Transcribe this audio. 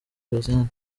josiane